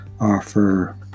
offer